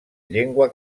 llengua